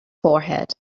forehead